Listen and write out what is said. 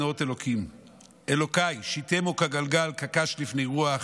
נאות אלהים יד אלוהי שיתמו כגלגל כקש לפני רוח.